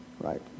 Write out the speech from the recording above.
right